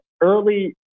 early